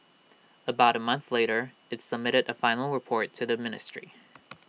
about A month later IT submitted A final report to the ministry